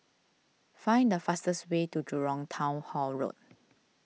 find the fastest way to Jurong Town Hall Road